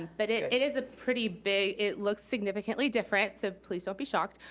but it it is a pretty big it looks significantly different, so please don't be shocked,